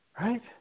Right